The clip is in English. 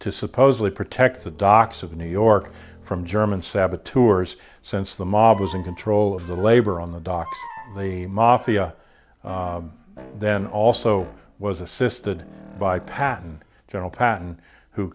to supposedly protect the docks of new york from german saboteurs since the mob was in control of the labor on the docks the mafia then also was assisted by patton general patton who